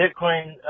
Bitcoin